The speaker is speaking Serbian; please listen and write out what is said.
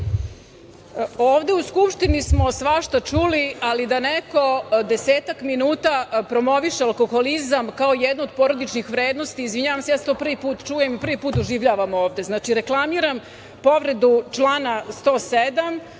Ovde u Skupštini smo svašta čuli, ali da neko desetak minuta promoviše alkoholizam kao jednu od porodičnih vrednosti, izvinjavam se, ja to prvi put čujem i prvi put doživljavam ovde. Znači, reklamiram povredu člana 107.